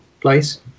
place